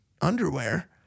underwear